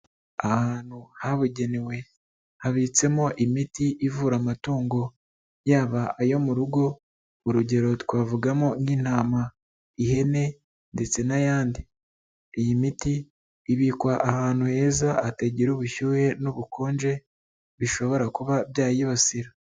Ahantu habugenewe habitsemo imiti ivura amatungo yaba ayo mu rugo, urugero twavugamo nk'intama, ihene ndetse n'ayandi. Iyi miti ibikwa ahantu heza hatagera ubushyuhe n'ubukonje bishobora kuba byayibasira.